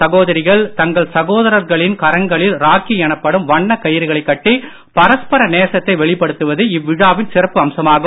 சகோதரிகள் தங்கள் சகோதரர்களின் கரங்களில் ராக்கி எனப்படும் வண்ணக் கயிறுகளைக் கட்டி பரஸ்பர நேசத்தை வெளிப்படுத்துவது இவ்விழாவின் சிறப்பு அம்சமாகும்